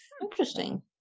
interesting